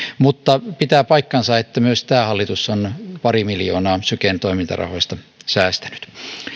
mutta pitää paikkansa että myös tämä hallitus on pari miljoonaa syken toimintarahoista säästänyt